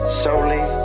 solely